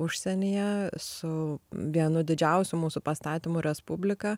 užsienyje su vienu didžiausiu mūsų pastatymu respublika